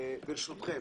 על סדר-היום: